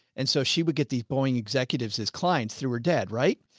and so she would get these boeing executives as clients through her dead, right.